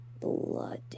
blood